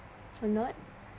or not